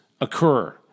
occur